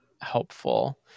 helpful